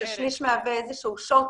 השליש מהווה איזה שהוא שוט